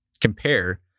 compare